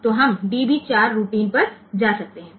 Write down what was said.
તો આપણે db 4 routine પર જઈ શકીએ છીએ